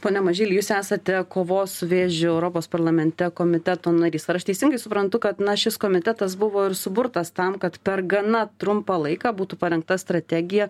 pone mažyli jūs esate kovos su vėžiu europos parlamente komiteto narys ar aš teisingai suprantu kad na šis komitetas buvo ir suburtas tam kad per gana trumpą laiką būtų parengta strategija